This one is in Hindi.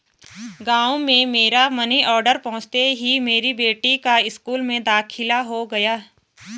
गांव में मेरा मनी ऑर्डर पहुंचते ही मेरी बेटी का स्कूल में दाखिला हो गया